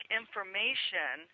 information